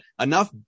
enough